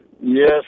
Yes